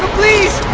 please!